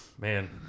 Man